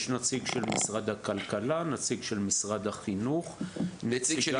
יש נציג של משרד הכלכלה; נציג של משרד החינוך --- נציג של